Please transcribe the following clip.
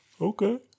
Okay